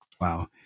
Wow